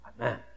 Amen